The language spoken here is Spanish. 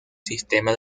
sistema